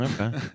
Okay